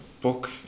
book